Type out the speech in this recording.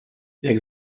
jak